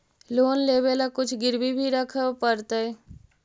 Loan लेबे ल कुछ गिरबी भी रखे पड़तै का?